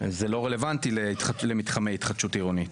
זה לא רלוונטי למתחמי התחדשות עירונית.